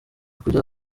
kujya